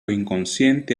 inconsciente